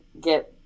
get